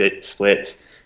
splits